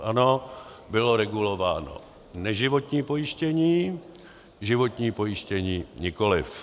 Ano, bylo regulováno neživotní pojištění, životní pojištění nikoliv.